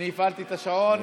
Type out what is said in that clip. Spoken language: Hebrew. אני הפעלתי את השעון, בבקשה.